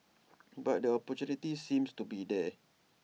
but the opportunity seems to be there